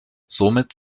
somit